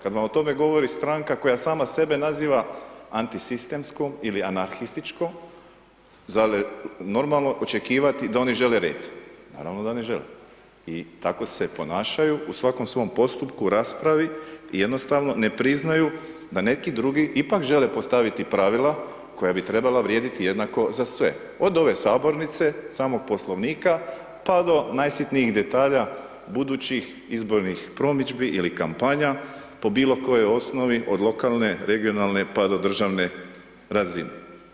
Kad vam o tome govori stranka koja sama sebe naziva antisistemskom ili anarhističkom, zar je normalno očekivati da oni žele red, naravno da ne žele i tako se ponašaju u svakom svom postupku, raspravi i jednostavno ne priznaju da neki drugi ipak žele postaviti pravila koja bi trebala vrijediti jednako za sve, od ove Sabornice, samog poslovnika, pa do najsitnijih detalja budućih izbornih promidžbi ili kampanja po bilo kojoj osnovi, od lokalne, regionalne, pa do državne razine.